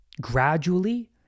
gradually